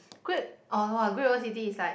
Great orh Great-World-City is like